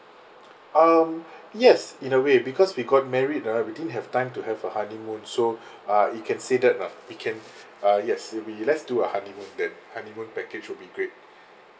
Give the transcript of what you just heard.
um yes in a way because we got married ah we didn't have time to have a honeymoon so ah you can say that ah we can uh yes we'll be let's do a honeymoon then honeymoon package will be great